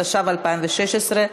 התשע"ו 2016,